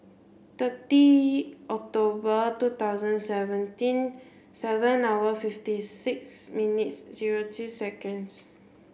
thirty October two thousand seventeen seven hours fifty six minutes zero two seconds